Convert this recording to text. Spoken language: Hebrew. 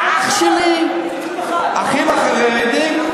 "אח שלי", "האחים החרדים".